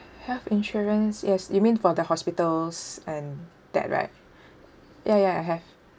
health insurance yes you mean for the hospitals and that right ya ya I have